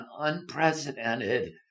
unprecedented